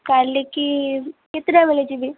କାଲି କି କେତେଟା ବେଳେ ଯିବି